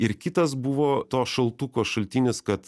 ir kitas buvo to šaltuko šaltinis kad